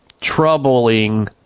Troubling